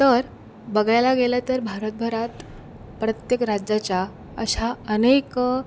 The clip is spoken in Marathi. तर बघायला गेलं तर भारतभरात प्रत्येक राज्याच्या अशा अनेक